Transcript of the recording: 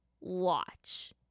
Watch